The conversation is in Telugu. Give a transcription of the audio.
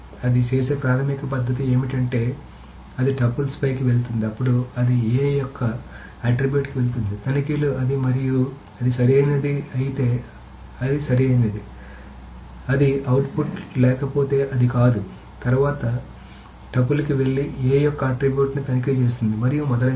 అది చేసే ప్రాథమిక పద్ధతి ఏమిటి అంటే అది టపుల్స్ పైకి వెళుతుంది అప్పుడు అది A యొక్క ఆట్రిబ్యూట్ కి వెళుతుంది తనిఖీలు అది మరియు అది సరియైనది అయితే అది సరియైనది అది అవుట్పుట్ లేకపోతే అది కాదు తరువాత టపుల్కి వెళ్లి A యొక్క ఆట్రిబ్యూట్ ని తనిఖీ చేస్తుంది మరియు మొదలైనవి